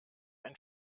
ein